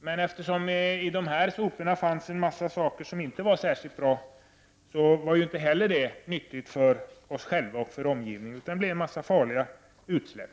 Men eftersom det i dessa sopor fanns ämnen som inte var så bra, var det inte heller nyttigt för oss själva och omgivningen utan ledde till farliga utsläpp.